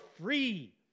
free